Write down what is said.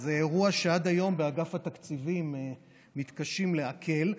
זה אירוע שעד היום באגף התקציבים מתקשים לעכל.